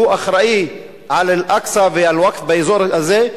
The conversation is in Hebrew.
שהוא אחראי לאל-אקצא ולאל-ווקף באזור הזה?